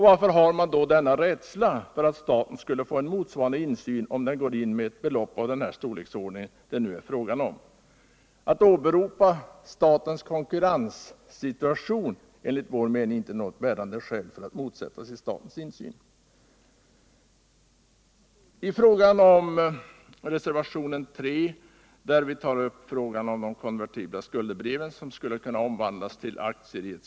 Varför hyser man denna rädsla för att staten skulle få en motsvarande insyn, om den går in med ett belopp av den storleksordning det nu är fråga om? Att åberopa statens konkurrenssituation är enligt vår mening inte något bärande skäl för att motsätta sig statens insyn. I reservationen 3 kräver vi att lånet skall ställas till förfogande mot konvertibla skuldebrev, som kan omvandlas till aktier.